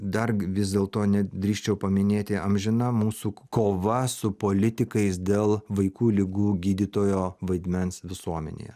dar vis dėlto nedrįsčiau paminėti amžina mūsų kova su politikais dėl vaikų ligų gydytojo vaidmens visuomenėje